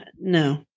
no